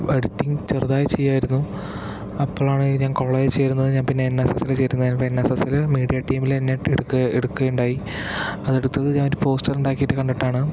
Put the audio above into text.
editing ചെറുതായി ചെയ്യുമായിരുന്നു അപ്പോളാണ് ഞാൻ കോളേജിൽ ചേരുന്നത് ഞാൻ പിന്നെ എൻ എസ് എസ്സിൽ ചേരുന്നത് എൻ എസ് എസ്സിൽ മീഡിയ ടീമിൽ എന്നെയും എടുക്ക എടുക്കുക ഉണ്ടായി അതെടുത്തത് ഞാനൊരു പോസ്റ്റർ ഉണ്ടാക്കിയിട്ട് കണ്ടിട്ടാണ്